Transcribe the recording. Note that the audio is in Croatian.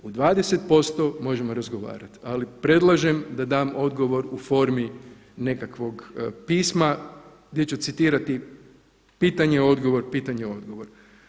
U 20% možemo razgovarati ali predlažem da dam odgovor u formi nekakvog pisma gdje ću citirati pitanje odgovor, pitanje odgovor.